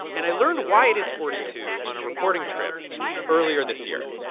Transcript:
and i learned why it is forty two on a reporting trip earlier this year.